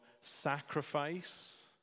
sacrifice